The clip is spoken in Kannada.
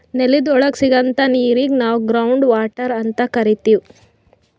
ನೆಲದ್ ಒಳಗ್ ಸಿಗಂಥಾ ನೀರಿಗ್ ನಾವ್ ಗ್ರೌಂಡ್ ವಾಟರ್ ಅಂತ್ ಕರಿತೀವ್